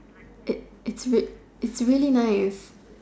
it it's it's really nice